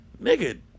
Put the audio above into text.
nigga